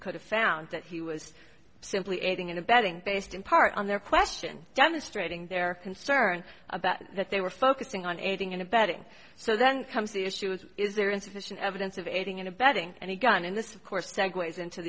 could have found that he was simply aiding and abetting based in part on their question demonstrating their concern about that they were focusing on aiding and abetting so then comes the issue is is there insufficient evidence of aiding and abetting any gun in this of course segue